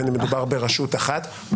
בין אם מדובר ברשות אחת,